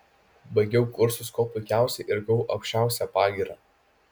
baigiau kursus kuo puikiausiai ir gavau aukščiausią pagyrą